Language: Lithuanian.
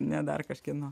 ne dar kažkieno